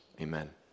Amen